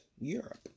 Europe